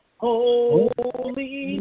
holy